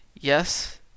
Yes